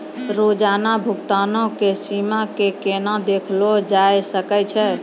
रोजाना भुगतानो के सीमा के केना देखलो जाय सकै छै?